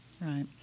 Right